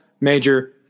major